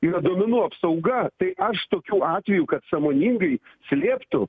yra duomenų apsauga tai aš tokių atvejų kad sąmoningai slėptų